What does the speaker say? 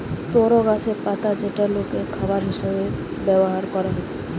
তরো গাছের পাতা যেটা লোকের খাবার হিসাবে ব্যভার কোরা হচ্ছে